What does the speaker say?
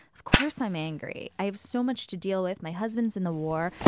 of course, i'm angry. i have so much to deal with. my husband's in the war.